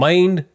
Mind